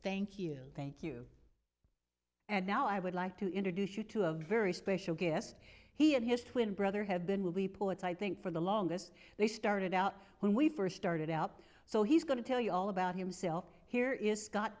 you you thank and now i would like to introduce you to a very special guest he and his twin brother have been will be poets i think for the longest they started out when we first started out so he's going to tell you all about him here is scott